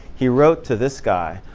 he wrote to this guy,